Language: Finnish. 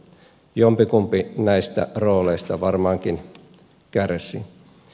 jompikumpi näistä rooleista varmaankin kärsii